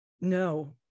no